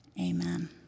Amen